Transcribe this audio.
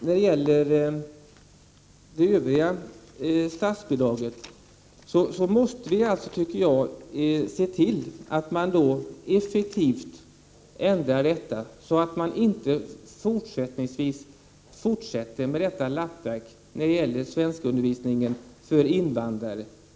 När det gäller det övriga statsbidraget måste vi se till att man effektivt ändrar detta så att man inte fortsätter med detta lappverk för svenskundervisningen för invandrare.